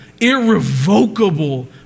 irrevocable